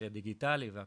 שיהיה דיגיטלי והכל,